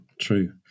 true